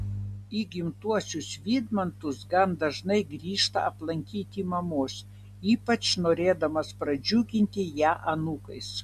į gimtuosius vydmantus gan dažnai grįžta aplankyti mamos ypač norėdamas pradžiuginti ją anūkais